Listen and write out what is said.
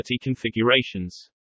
configurations